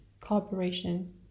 cooperation